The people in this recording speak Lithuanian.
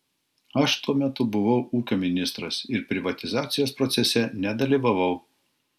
aš tuo metu buvau ūkio ministras ir privatizacijos procese nedalyvavau